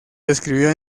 describió